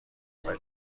ایران